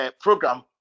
program